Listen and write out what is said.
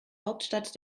hauptstadt